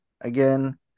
again